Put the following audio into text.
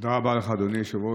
תודה רבה לך, אדוני היושב-ראש.